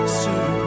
sir